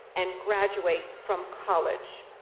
and graduate from college.